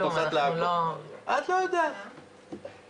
אני רק אגיד שיש איזושהי הסכמה לגבי העניין